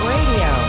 Radio